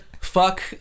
Fuck